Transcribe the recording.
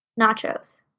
nachos